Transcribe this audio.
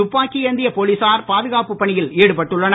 துப்பாக்கி ஏந்திய போலிசார் பாதுகாப்பு பணியில் ஈடுபட்டுள்ளனர்